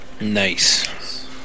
Nice